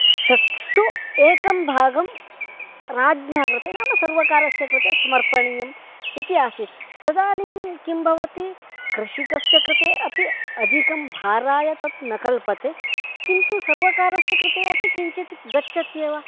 षट्सु एकं भागं राज्ञः कृते नाम सर्वकारस्य कृते समर्पणीयम् इति आसीत् तदानीं किं भवति कृषिकस्य कृते अपि अधिकं भाराय तत् न कल्पते किन्तु सर्वकारस्य कृतेपि किञ्चित् गच्छत्येव